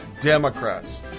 Democrats